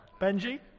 benji